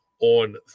on